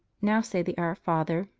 now say the our father,